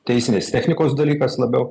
teisinės technikos dalykas labiau